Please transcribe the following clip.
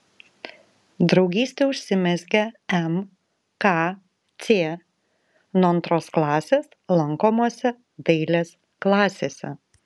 draugystė užsimezgė mkc nuo antros klasės lankomose dailės klasėse